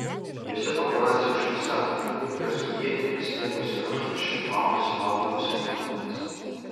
jose paparaciai užfiksavo kaip hercogienė prisidengusi rankšluosčiu maunasi maudymosi kelnaites